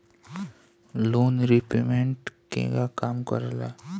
Loan repayment केगा काम करेला?